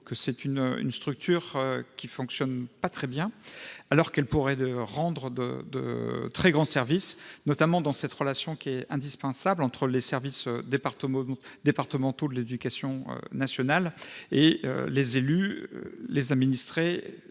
que cette structure ne fonctionne pas très bien, alors qu'elle pourrait rendre de très grands services, notamment dans le cadre de la relation indispensable entre les services départementaux de l'éducation nationale et les élus, les administrés